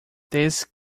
this